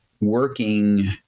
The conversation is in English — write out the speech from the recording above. working